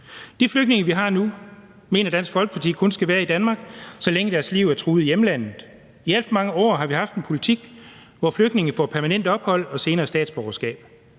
De flygtninge, vi har nu, mener Dansk Folkeparti kun skal være i Danmark, så længe deres liv er truet i hjemlandet. I alt for mange år har vi haft en politik, hvor flygtninge får permanent ophold og senere statsborgerskab.